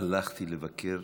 הלכתי לבקר